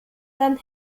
dann